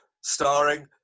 starring